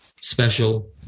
special